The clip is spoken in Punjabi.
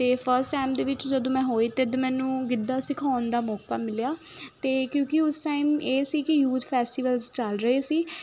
ਅਤੇ ਫਸਟ ਸੈਮ ਦੇ ਵਿੱਚ ਜਦੋਂ ਮੈਂ ਹੋਈ ਤਦ ਮੈਨੂੰ ਗਿੱਧਾ ਸਿਖਾਉਣ ਦਾ ਮੌਕਾ ਮਿਲਿਆ ਅਤੇ ਕਿਉਂਕਿ ਉਸ ਟਾਈਮ ਇਹ ਸੀ ਕਿ ਯੂਥ ਫੈਸਟੀਵਲਸ ਚੱਲ ਰਹੇ ਸੀ